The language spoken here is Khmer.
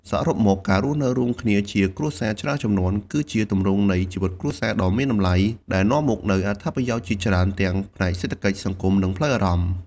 សរុបមក ការរស់នៅរួមគ្នាជាគ្រួសារច្រើនជំនាន់ គឺជាទម្រង់នៃជីវិតគ្រួសារដ៏មានតម្លៃ ដែលនាំមកនូវអត្ថប្រយោជន៍ជាច្រើនទាំងផ្នែកសេដ្ឋកិច្ច សង្គម និងផ្លូវអារម្មណ៍។